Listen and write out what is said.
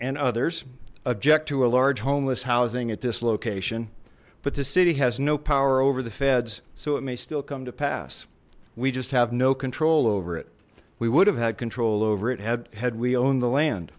and others object to a large homeless housing at this location but the city has no power over the feds so it may still come to pass we just have no control over it we would have had control over it have had we own the land